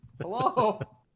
hello